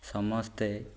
ସମସ୍ତେ